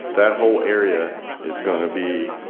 that whole area is going to be